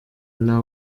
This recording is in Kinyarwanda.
nta